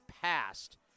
passed